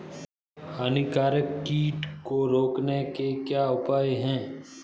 हानिकारक कीट को रोकने के क्या उपाय हैं?